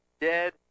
dead